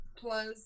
plus